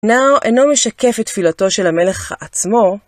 נאו אינו משקף את תפילותו של המלך עצמו.